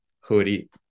Hoodie